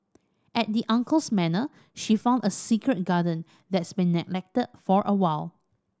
at the uncle's manor she find a secret garden that's been neglected for a while